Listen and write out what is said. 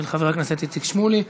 של חבר הכנסת איציק שמולי.